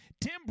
tim